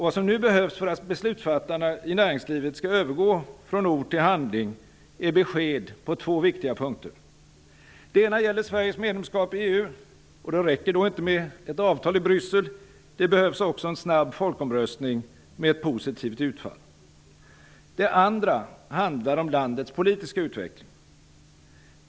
Vad som nu behövs för att beslutsfattarna i näringslivet skall övergå från ord till handling är besked på två viktiga punkter. Det ena gäller Sveriges medlemskap i EU. Det räcker då inte med ett avtal i Bryssel, det behövs också en snabb folkomröstning med ett positivt utfall. Det andra handlar om landets politiska utveckling.